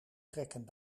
trekken